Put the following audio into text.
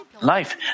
life